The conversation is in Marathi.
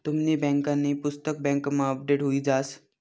तुमनी बँकांनी पुस्तक बँकमा अपडेट हुई जास